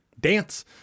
dance